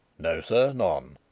no, sir none.